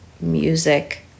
music